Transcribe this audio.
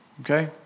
okay